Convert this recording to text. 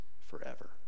forever